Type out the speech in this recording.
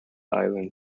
island